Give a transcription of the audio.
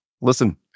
Listen